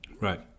Right